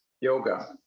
yoga